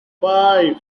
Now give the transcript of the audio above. five